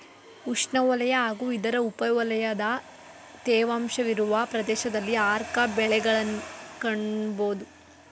ಉಷ್ಣವಲಯ ಹಾಗೂ ಇದರ ಉಪವಲಯದ ತೇವಾಂಶವಿರುವ ಪ್ರದೇಶದಲ್ಲಿ ಆರ್ಕ ಬೆಳೆಗಳನ್ನ್ ಕಾಣ್ಬೋದು